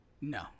No